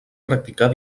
practicar